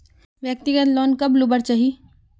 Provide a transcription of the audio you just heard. व्यक्तिगत लोन कब लुबार चही?